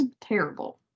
terrible